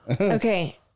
Okay